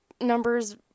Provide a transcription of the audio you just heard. numbers